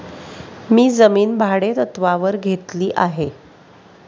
मी जमीन भाडेतत्त्वावर घेतली आहे